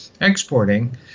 exporting